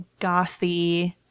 gothy